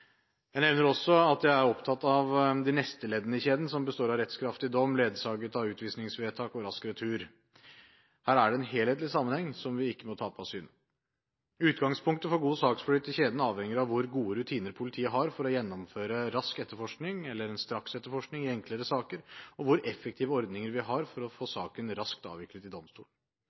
Jeg nevner også at jeg er opptatt av de neste leddene i kjeden, som består av rettskraftig dom, ledsaget av utvisningsvedtak og rask retur. Her er det en helhetlig sammenheng som vi ikke må tape av syne. Utgangspunktet for god saksflyt i kjeden avhenger av hvor gode rutiner politiet har for å gjennomføre rask etterforskning, eller en straksetterforskning i enklere saker, og hvor effektive ordninger vi har for å få saken raskt avviklet i domstolen.